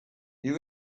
you